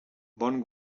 bon